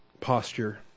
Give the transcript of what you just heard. posture